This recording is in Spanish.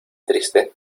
triste